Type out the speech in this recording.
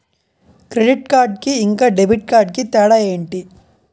Credit card కి ఇంకా debit card కి తేడా ఏంటి?